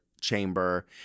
chamber